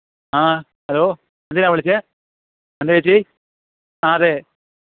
ആ ഹലോ എന്തിനാണ് വിളിച്ചത് എന്താ ചേച്ചി ആ അതെ